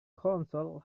console